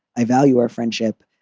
i value our friendship.